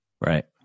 Right